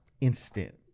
instant